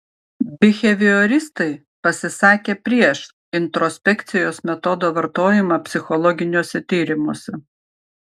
bihevioristai pasisakė prieš introspekcijos metodo vartojimą psichologiniuose tyrimuose